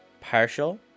partial